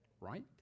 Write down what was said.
right